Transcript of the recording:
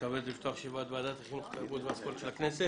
אני מתכבד לפתוח את ישיבת ועדת החינוך התרבות והספורט של הכנסת,